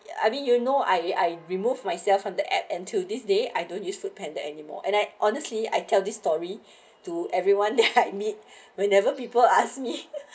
I mean you know I I remove myself from the app and to this day I don't use foodpanda anymore and I honestly I tell this story to everyone that heartbeat whenever people ask me